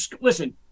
listen